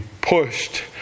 pushed